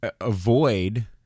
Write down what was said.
avoid